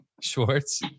Schwartz